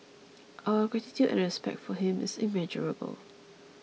our gratitude and respect for him is immeasurable